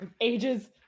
Ages